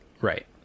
Right